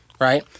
Right